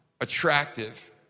attractive